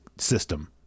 system